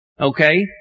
okay